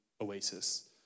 Oasis